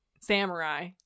Samurai